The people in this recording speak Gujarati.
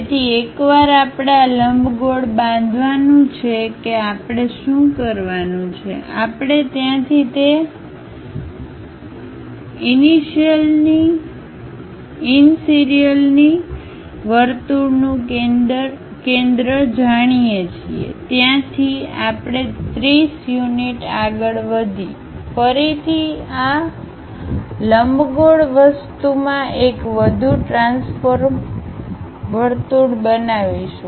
તેથી એકવાર આપણે આ લંબગોળ બાંધવાનું છે કે આપણે શું કરવાનું છે આપણે ત્યાંથી તે ઈનીસીરીયલની વર્તુળનું કેન્દ્ર જાણીએ છીએ ત્યાંથી આપણે 30 યુનિટ આગળ વધીએ ફરીથી આ લંબગોળ વસ્તુમાં એક વધુ ટ્રાન્સફોર્મ વર્તુળ બનાવીશું